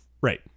Right